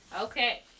Okay